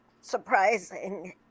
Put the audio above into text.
surprising